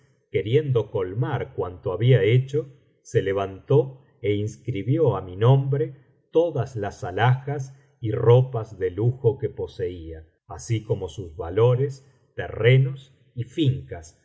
queriendo colmar cuanto había hecho se levantó é inscribió á mi nombre todas las alhajas y ropas de lujo que poseía así como sus valores terrenos y fincasj